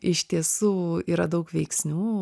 iš tiesų yra daug veiksnių